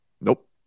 Nope